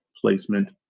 placement